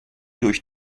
durch